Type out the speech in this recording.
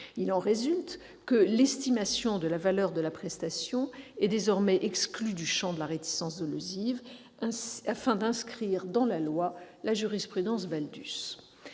Il en résulte que l'estimation de la valeur de la prestation est désormais exclue du champ de la réticence dolosive, afin d'inscrire dans la loi la jurisprudence.